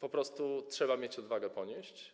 po prostu trzeba mieć odwagę ponieść.